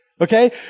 okay